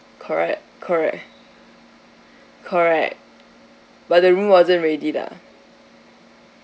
correct correct correct but the room wasn't ready lah